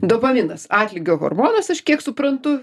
dopaminas atlygio hormonas aš kiek suprantu